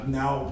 now